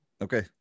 okay